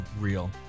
real